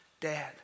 Dad